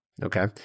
Okay